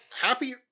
Happy